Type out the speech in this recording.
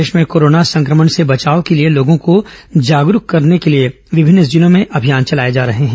प्रदेश में कोरोना संक्रमण से बचाव के लिए लोगों को जागरूक करने विभिन्न जिलों में चलाए जा रहे हैं